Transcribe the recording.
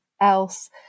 else